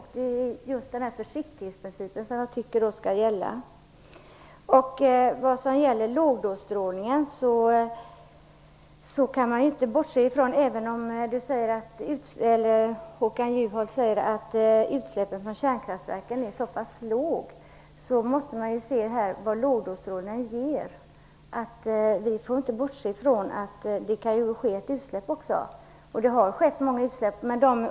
Det är just försiktighetsprincipen som jag tycker skall gälla. Även om Håkan Juholt säger att utsläppen från kärnkraftverken är så pass små, måste man ändå se vad lågdosstrålningen ger. Man får inte bortse från att det också kan ske ett utsläpp. Det har skett många utsläpp.